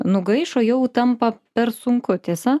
nugaišo jau tampa per sunku tiesa